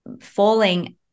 falling